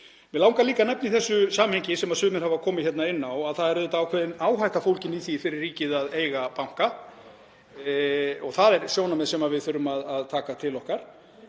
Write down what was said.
Mig langar líka að nefna í þessu samhengi, sem sumir hafa komið inn á, að það er ákveðin áhætta fólgin í því fyrir ríkið að eiga banka. Það er sjónarmið sem við þurfum að taka til okkar.